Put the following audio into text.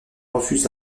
refuse